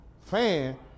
fan